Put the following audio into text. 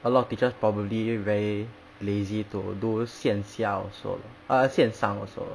a lot of teachers probably very lazy to do 线下 also lor uh 线上 also